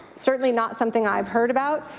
certainly not something i've heard about.